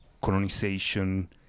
colonization